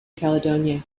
caledonia